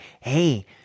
Hey